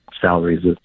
salaries